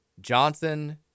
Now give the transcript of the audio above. Johnson –